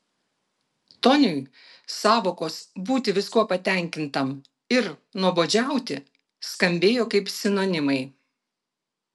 toniui sąvokos būti viskuo patenkintam ir nuobodžiauti skambėjo kaip sinonimai